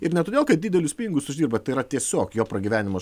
ir ne todėl kad didelius pinigus uždirba tai yra tiesiog jo pragyvenimo